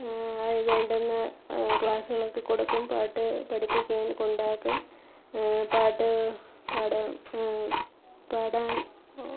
വേണ്ടുന്ന ക്ലാസ്സുകളൊക്കെ കൊടുക്കും പാട്ട് പഠിപ്പിക്കാൻ കൊണ്ടാക്കും പാട്ട് പാടാൻ പാടാൻ